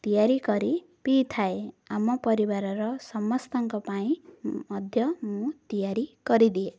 ତିଆରି କରି ପିଇଥାଏ ଆମ ପରିବାରର ସମସ୍ତଙ୍କ ପାଇଁ ମଧ୍ୟ ମୁଁ ତିଆରି କରିଦିଏ